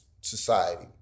society